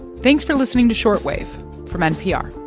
thanks for listening to short wave from npr